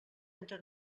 entre